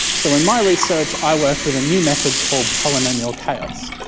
so in my research i work with a new method called polynomial chaos.